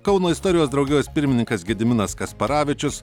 kauno istorijos draugijos pirmininkas gediminas kasparavičius